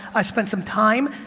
i spent some time,